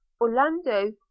Orlando